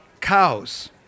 cows